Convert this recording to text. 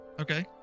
Okay